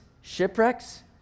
shipwrecks